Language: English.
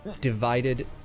divided